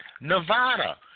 Nevada